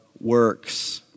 works